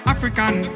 African